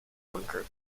bunker